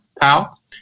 pal